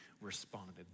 responded